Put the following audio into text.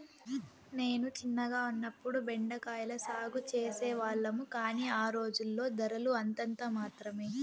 నేను చిన్నగా ఉన్నప్పుడు బెండ కాయల సాగు చేసే వాళ్లము, కానీ ఆ రోజుల్లో ధరలు అంతంత మాత్రమె